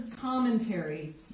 commentary